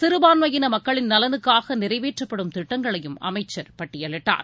சிறுபான்மையினமக்கள் நலனுக்காகநிறைவேற்றப்படும் திட்டங்களையும் அமைச்சர் பட்டியலிட்டார்